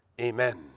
Amen